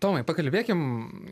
tomai pakalbėkim